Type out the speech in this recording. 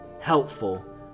helpful